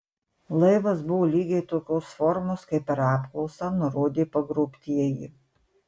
laivas buvo lygiai tokios formos kaip per apklausą nurodė pagrobtieji